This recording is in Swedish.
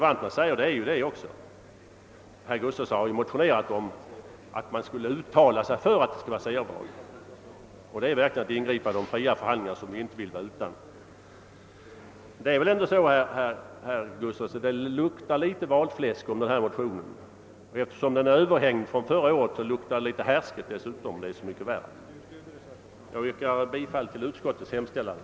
Och detta är också vad reservanterna uttalat. Herr Gustavsson har ju motionerat om att riksdagen skulle uttala sig för ett C-avdrag, och det är verkligen att ingripa i de fria förhandlingar som vi inte vill vara utan. Det luktar litet valfläsk om denna motion. Eftersom den är överhängd från förra året luktar det dessutom litet härsket. Jag yrkar bifall till utskottets hemställan.